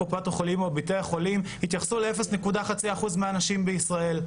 קופת החולים או בתי החולים יתייחסו לחצי אחוז מהאנשים בישראל?